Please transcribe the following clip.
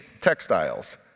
textiles